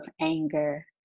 anger